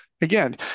Again